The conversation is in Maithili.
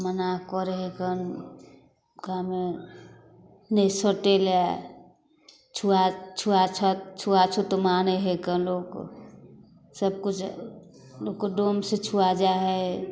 मना करै हइ कन गाममे नहि सटैलए छुआ छुआछत छुआछूत मानै हइ कन लोक सबकिछु लोकके डोमसँ छुआ जाइ हइ